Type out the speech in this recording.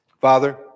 Father